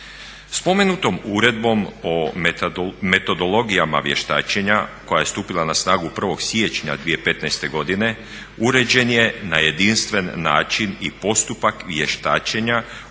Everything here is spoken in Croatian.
Spomenutom Uredbom o metodologijama vještačenja koja je stupila na snagu 1. siječnja 2015. godine uređen je na jedinstven način i postupak vještačenja u